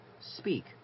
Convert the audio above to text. speak